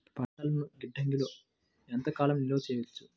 పంటలను గిడ్డంగిలలో ఎంత కాలం నిలవ చెయ్యవచ్చు?